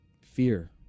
fear